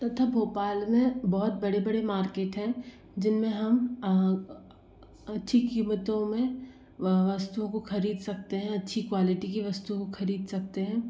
तथा भोपाल में बहुत बड़े बड़े मार्किट हैं जिनमें हम अच्छी कीमतों में वस्तुओं को ख़रीद सकते हैं अच्छी क्वालिटी की वस्तु को ख़रीद सकते हैं